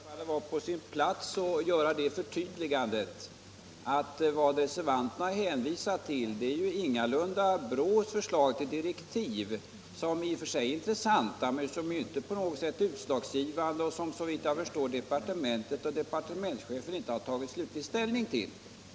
Fru talman! Det förefaller vara på sin plats att göra det förtydligandet att vad reservanterna hänvisar till ingalunda är BRÅ:s förslag till direktiv, som i och för sig är intressanta men inte på något sätt utslagsgivande och som såvitt jag förstår departementet och departementschefen inte tagit slutgiltig ställning till.